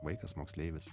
vaikas moksleivis